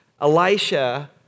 Elisha